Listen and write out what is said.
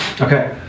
Okay